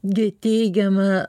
gi teigiamą